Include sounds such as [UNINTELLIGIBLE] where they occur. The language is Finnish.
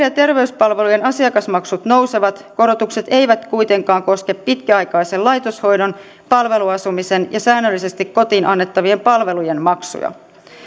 [UNINTELLIGIBLE] ja terveyspalvelujen asiakasmaksut nousevat korotukset eivät kuitenkaan koske pitkäaikaisen laitoshoidon palveluasumisen ja säännöllisesti kotiin annettavien palvelujen maksuja